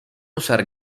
usar